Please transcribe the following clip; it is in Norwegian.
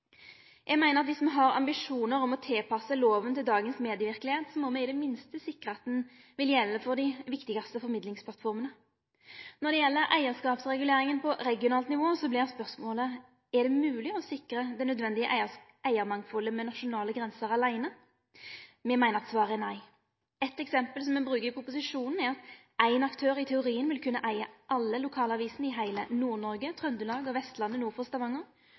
Eg meiner at om ein har ambisjonar om å tilpasse loven til dagens medieverkelegheit, må me i det minste sikre at han vil gjelde for dei viktigaste formidlingsplattformene. Når det gjeld eigarskapsreguleringar på regionalt nivå, vert spørsmålet: Er det mogleg å sikre det nødvendige eigarmangfaldet med nasjonale grenser aleine? Me meiner at svaret er nei. Eitt eksempel som me bruker i proposisjonen, er at ein aktør – i teorien – vil kunne eige alle lokalavisene i heile Nord-Noreg, Trøndelag og Vestlandet nord for Stavanger